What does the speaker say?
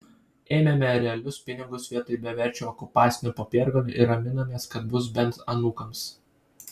ėmėme realius pinigus vietoj beverčių okupacinių popiergalių ir raminomės kad bus bent anūkams